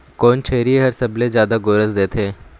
कोन छेरी हर सबले जादा गोरस देथे?